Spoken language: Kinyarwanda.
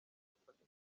dufata